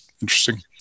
interesting